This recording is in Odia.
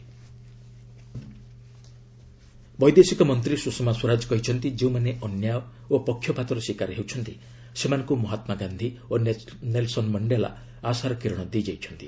ସାଉଥ୍ ଆଫ୍ରିକା ସ୍ୱରାଜ ବୈଦେଶିକ ମନ୍ତ୍ରୀ ସୁଷମା ସ୍ୱରାଜ କହିଛନ୍ତି ଯେଉଁମାନେ ଅନ୍ୟାୟ ଓ ପକ୍ଷପାତର ଶିକାର ହେଉଛନ୍ତି ସେମାନଙ୍କୁ ମହାତ୍କାଗାନ୍ଧି ଓ ନେଲ୍ସନ୍ ମଣ୍ଡେଲା ଆଶାର କିରଣ ଦେଇଯାଇଛନ୍ତି